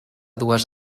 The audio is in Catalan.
dues